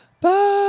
bye